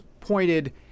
pointed